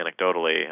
anecdotally